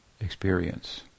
experience